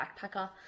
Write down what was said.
backpacker